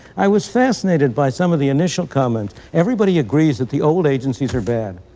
i was fascinated by some of the initial comments. everybody agrees that the old agencies are bad,